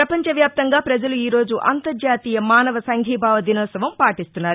ప్రపంచ వ్యాప్తంగా ప్రజలు ఈరోజు అంతర్జాతీయ మానవ సంఘీభావ దినోత్సవం పాటిస్తున్నారు